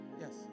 Yes